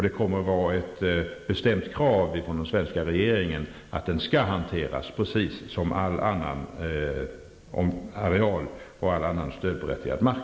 Det kommer att vara ett bestämt krav från den svenska regeringen att den skall hanteras precis på samma sätt som all annan areal och all annan stödberättigad mark.